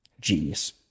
Genius